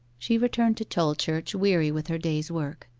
she returned to tolchurch weary with her day's work.